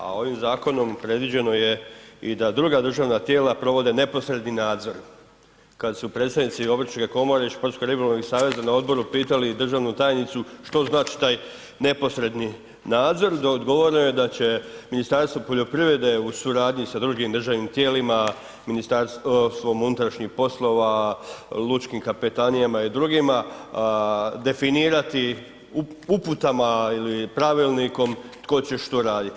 A ovim zakonom predviđeno je i da druga državna tijela provode neposredni nadzor kada su predstavnici obrtničke komore i športsko ribolovnih saveza na odboru pitali državnu tajnicu što znači taj neposredni nadzor no odgovoreno je da će Ministarstvo poljoprivrede u suradnji sa drugim državnim tijelima, Ministarstvom unutrašnjih poslova, lučkim kapetanijama i drugima definirati uputama ili pravilnikom tko će što raditi.